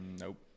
Nope